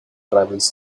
travels